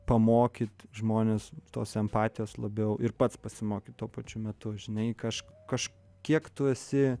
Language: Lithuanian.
pamokyt žmones tos empatijos labiau ir pats pasimokyt tuo pačiu metu žinai kaž kažkiek tu esi